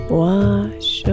wash